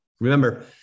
Remember